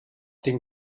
den